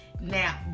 Now